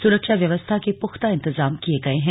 सुरक्षा व्यवस्था के पुख्ता इंतजाम किये गये हैं